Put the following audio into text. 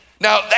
Now